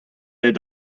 aet